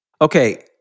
Okay